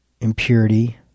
impurity